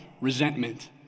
resentment